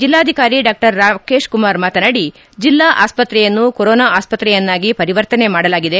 ಜಿಲ್ಲಾಧಿಕಾರಿ ಡಾ ರಾಕೇಶ್ ಕುಮಾರ್ ಮಾತನಾಡಿ ಜಿಲ್ಲಾ ಆಸ್ಪತ್ರೆಯನ್ನು ಕೊರೊನಾ ಆಸ್ಪತ್ರೆಯನ್ನಾಗಿ ಪರಿವರ್ತನೆ ಮಾಡಲಾಗಿದೆ